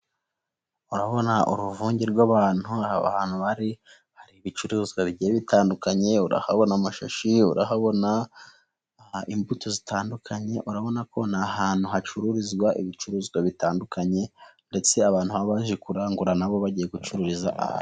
Urabona uruvunge rw'abantu; aho abantu bari hari ibicuruzwa bigiye bitandukanye, urahabona amashashi, urahabona imbuto zitandukanye, urabona ko ni ahantu hacururizwa ibicuruzwa bitandukanye ndetse abantu baje kurangura na bo bagiye gucururiza.